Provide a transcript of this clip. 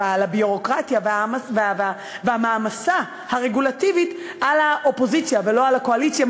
של הביורוקרטיה והמעמסה הרגולטיבית אל האופוזיציה ולא אל הקואליציה,